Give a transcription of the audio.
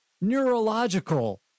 neurological